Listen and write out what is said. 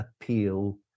appeal